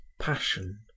passion